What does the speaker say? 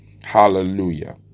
Hallelujah